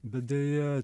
bet deja